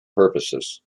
purposes